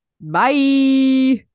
Bye